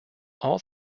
all